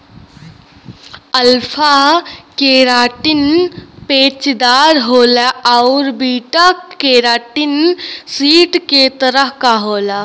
alpha keratin पेचदार होला आउर बीटा केराटिन सीट के तरह क होला